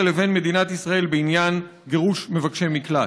לבין מדינת ישראל בעניין גירוש מבקשי מקלט.